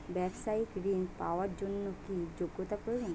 ব্যবসায়িক ঋণ পাওয়ার জন্যে কি যোগ্যতা প্রয়োজন?